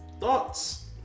Thoughts